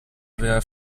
aveva